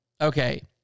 Okay